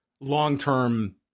long-term